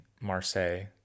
Marseille